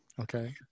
Okay